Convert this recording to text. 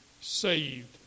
saved